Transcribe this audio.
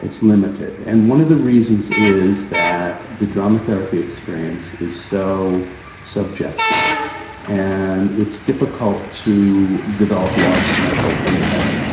it's limited. and one of the reasons is that the drama therapy experience is so subjective and it's difficult to develop large samples and test